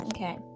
Okay